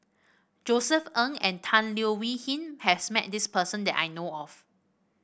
Josef Ng and Tan Leo Wee Hin has met this person that I know of